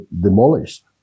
demolished